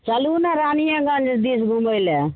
चलू ने रानियेगंज दिस घुमय लए